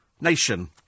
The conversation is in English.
Nation